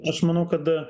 aš manau kad